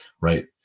Right